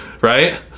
Right